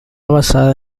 basada